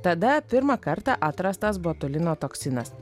tada pirmą kartą atrastas botulino toksinas